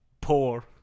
poor